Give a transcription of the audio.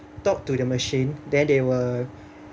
talk to the machine then they'll